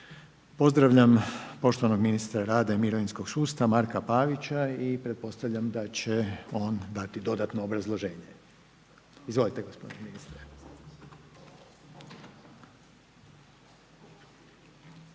Pozdravljam poštovanog ministra rada i mirovinskog sustava Mrka Pavića i pretpostavljam da će on dati dodatno obrazloženje. Izvolite, gospodine ministre.